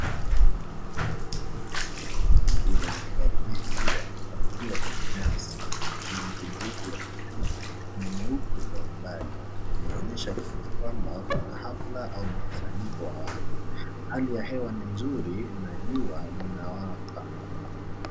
Eneo lenye magari mengi yamepakiwa kwenye nyasi. Miti mirefu ya kijani , nyuma yake , meupe kwa umbali. Inaonesha kwamba kuna afla au Mkusanyiko wa watu hali ya hewa ni mzuri na jua lina waka.